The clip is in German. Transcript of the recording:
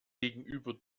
gegenüber